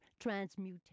transmutation